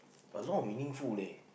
a lot of meaningful leh